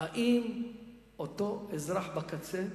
האם אותו אזרח בקצה,